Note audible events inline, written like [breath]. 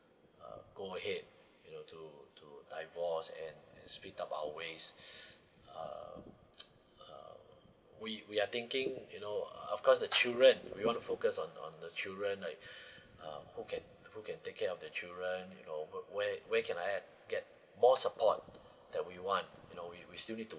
uh go ahead you know to to divorce and and split our ways [breath] uh [noise] uh we we're thinking you know uh of course the children we want to focus on on the children like [breath] uh who can who can take care of the children you know where where where can I get more support that we want you know we we still need to